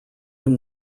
him